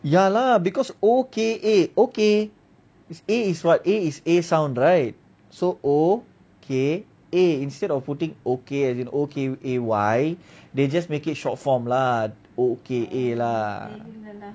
ya lah because O K A okay is A is what is A sound right so O K A so instead of putting okay as in O K A Y they just make it short form lah O K A lah